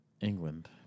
England